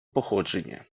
походження